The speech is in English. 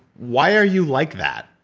why are you like that?